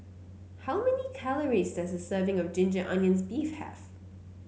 how many calories does a serving of Ginger Onions beef have